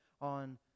on